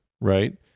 right